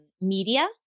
media